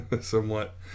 somewhat